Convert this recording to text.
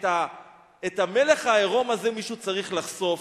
את המלך העירום הזה מישהו צריך לחשוף,